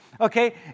Okay